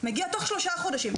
מגיע בתוך שלושה חודשים.